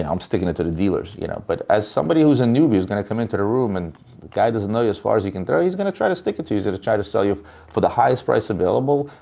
and i'm sticking it to the dealers, you know. but as somebody who's a newbie, who's gonna come into the room and the guy doesn't know you as far as he can he's gonna try to stick it to you. he's gonna try to sell you for the highest price available.